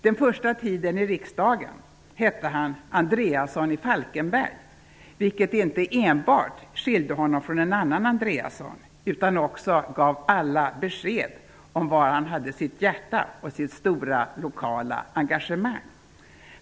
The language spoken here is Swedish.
Den första tiden i riksdagen hette han ''Andréasson i Falkenberg'' vilket inte enbart skiljde honom från en annan Andréasson utan också gav alla besked om var han har sitt hjärta och stora lokala engagemang.